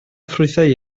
ffrwythau